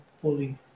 fully